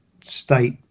state